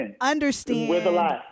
understand